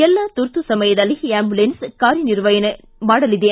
ಎಲ್ಲ ತುರ್ತು ಸಮಯದಲ್ಲಿ ಅಂಬುಲೆನ್ಲ್ ಕಾರ್ಯನಿರ್ವಹಣೆ ಮಾಡಲಿದೆ